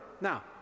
Now